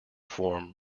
form